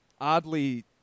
oddly